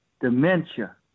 dementia